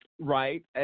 Right